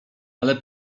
ale